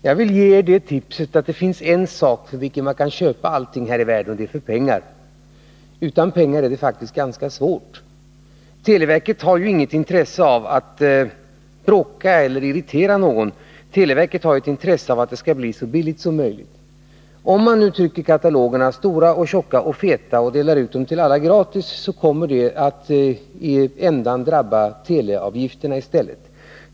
Herr talman! Jag vill ge Anna Wohlin-Andersson ett tips. Det finns en sak för vilken man kan köpa nästan allting här i världen: det är pengar. Utan pengar är det faktiskt ganska svårt. Televerket har inget intresse av att bråka eller att irritera någon. Televerket har däremot intresse av att katalogutgivningen blir så billig som möjligt. Om man nu trycker katalogerna stora, tjocka och feta och delar ut dem gratis till alla abonnenter, kommer detta att slutligen drabba teleavgifterna i stället.